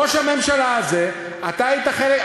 ראש הממשלה הזה, אתה היית חלק.